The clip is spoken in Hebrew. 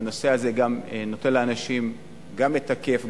והנושא הזה גם נותן לאנשים גם את הכיף,